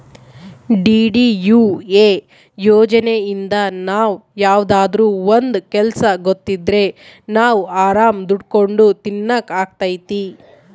DDUA ಯೋಜನೆಇಂದ ನಾವ್ ಯಾವ್ದಾದ್ರೂ ಒಂದ್ ಕೆಲ್ಸ ಗೊತ್ತಿದ್ರೆ ನಾವ್ ಆರಾಮ್ ದುಡ್ಕೊಂಡು ತಿನಕ್ ಅಗ್ತೈತಿ